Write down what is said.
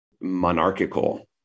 monarchical